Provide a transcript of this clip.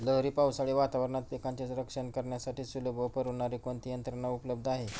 लहरी पावसाळी वातावरणात पिकांचे रक्षण करण्यासाठी सुलभ व परवडणारी कोणती यंत्रणा उपलब्ध आहे?